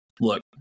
look